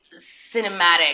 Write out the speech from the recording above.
cinematic